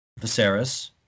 Viserys